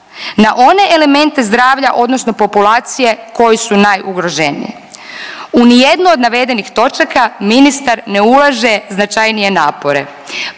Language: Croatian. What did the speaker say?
na one elemente zdravlja odnosno populacije koji su najugroženije. U nijedno od navedenih točaka ministar ne ulaže značajnije napore.